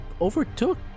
overtook